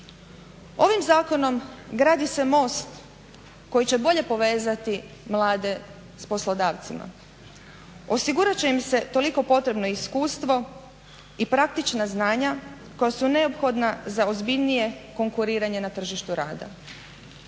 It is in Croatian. Ovim zakonom gradi se most koji će bolje povezati mlade s poslodavcima. Osigurat će im se toliko potrebno iskustvo i praktična znanja koja su neophodna za ozbiljnije konkuriranje na tržištu rada.